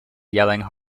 yelling